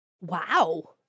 Wow